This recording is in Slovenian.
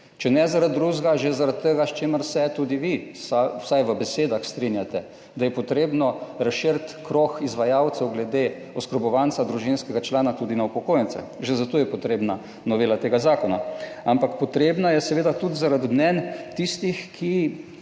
Če ne, zaradi drugega, že zaradi tega, s čimer se tudi vi vsaj v besedah strinjate, da je potrebno razširiti krog izvajalcev glede oskrbovanca, družinskega člana tudi na upokojence. Že za to je potrebna novela tega zakona. Ampak potrebna je seveda tudi, zaradi mnenj tistih, ki